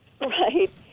Right